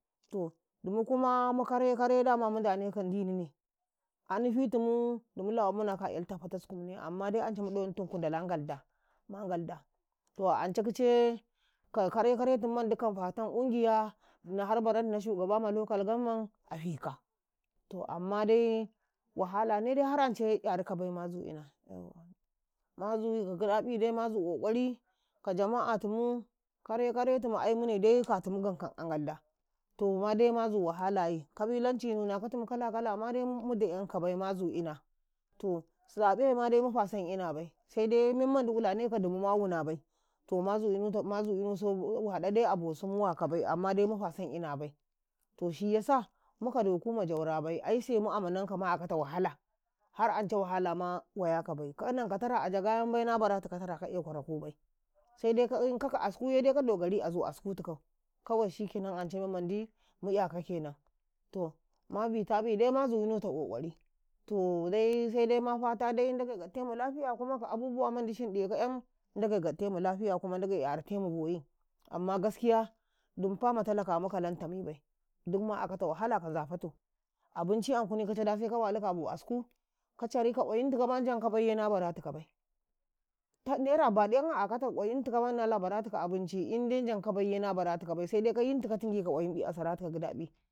﻿to Dumu kuma mu kare-kare dama mundaneka ndinine a menta ɗumu lawanmuna ka a 'yalta potiskum amma da ance mu ɗawantumu ndala Ngalda ma ngalda toh ance kice ka kare-kare tum mandi 'yan mau har barannau shugaba ma a fika to ammadai wahalane har ance 'yarikabai mazu 'yunui mazui ka gidabi dai mazu kokari ka jama'a muntumu kare-kare tu aimune dai katumu gam a Ngalda to mada mazu wahalani kabilanci timakatum kala kala mu da'yankabai mazu ina to zabei mada mu dayan inabai sai memmand ilaneka du dai ma unaba to mazu inusu haɗau dai abosu amma mu dayan inaba. Toh shiyasa mu nanka doku ma askubai aise mu amanka akata wahala har ance wahala ma wayakaba kananka tare bai a jaga'yan na borakatika tara ka'eyi kwara kubai sai dai in kananka askuye ka doyari akata askutikau kawai shikenan ance memmandi mu'yaka kenata ma bitami dai malnuta kokari ta daima sa dai ma fata Ndage gatte mu lafiya kuma ka abubuwa mandashin Ndage em ndge gattemu lafiya kuma Ndage 'yarate mu boyi amma gaskiya dumfama talaka mu kalan ta mui bai duma aka wahala ka nzafata abinci afa dase ka waluko a bo asku kwayintima njanka baiye na baratuka bai nera baɗu akata kwayintika abinci in dai njanka baiye na baratibai sai dai ka yintu ka tingi ka kwayinƃi a saratikau gidaƃi.